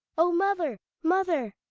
oh, mother, mother!